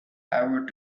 ever